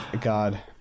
god